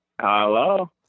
hello